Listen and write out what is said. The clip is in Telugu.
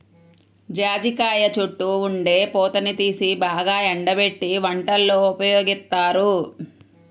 జాజికాయ చుట్టూ ఉండే పూతని తీసి బాగా ఎండబెట్టి వంటల్లో ఉపయోగిత్తారు